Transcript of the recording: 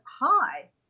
high